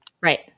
Right